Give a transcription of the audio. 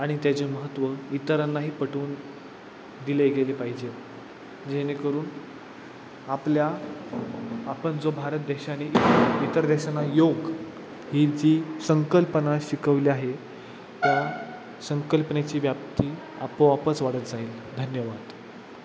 आणि त्याचे महत्त्व इतरांनाही पटवून दिले गेले पाहिजे जेणेकरून आपल्या आपण जो भारत देशाने इतर देशांना योग ही जी संकल्पना शिकवली आहे त्या संकल्पनेची व्याप्ती आपोआपच वाढत जाईल धन्यवाद